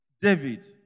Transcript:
David